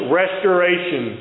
restoration